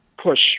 push